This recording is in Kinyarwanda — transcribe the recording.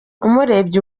umurebye